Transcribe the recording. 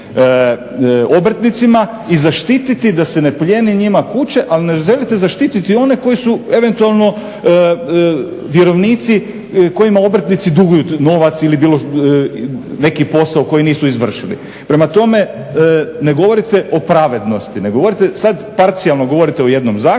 i zaštititi da se ne plijene njima kuće, ali ne želite zaštititi one koji su eventualno vjerovnici kojima obrtnici duguju novac ili neki posao koji nisu izvršili. Prema tome ne govorite o pravednosti, ne govorite, sada parcijalno govorite o jednom zakonu